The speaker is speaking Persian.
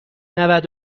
نود